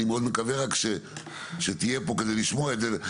אני רק מאוד מקווה רק שתהיה פה כדי לשמוע את זה,